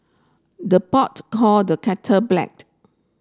the pot call the kettle black